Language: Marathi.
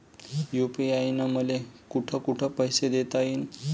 यू.पी.आय न मले कोठ कोठ पैसे देता येईन?